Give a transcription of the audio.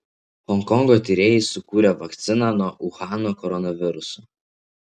honkongo tyrėjai sukūrė vakciną nuo uhano koronaviruso